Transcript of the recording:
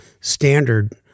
standard